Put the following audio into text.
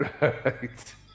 right